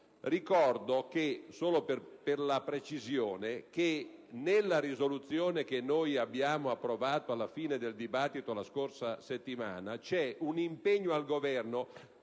Ricordo, solo per precisione, che nella risoluzione che abbiamo approvato alla fine del dibattito della scorsa settimana vi è un impegno del Governo,